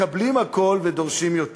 מקבלים הכול ודורשים יותר.